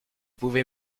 pouvez